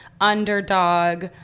underdog